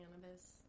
cannabis